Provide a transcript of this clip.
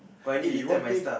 eh you want play